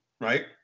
right